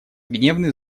гневный